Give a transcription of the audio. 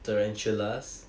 tarantulas